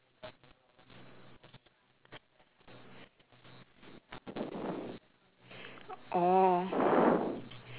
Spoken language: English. oh